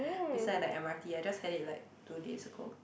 beside the M_R_T I just had it like two days ago